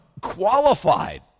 qualified